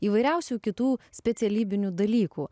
įvairiausių kitų specialybinių dalykų